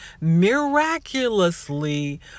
miraculously